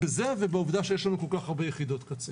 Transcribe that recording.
זה ובעובדה שיש לנו כל כך הרבה יחידות קצה.